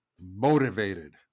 motivated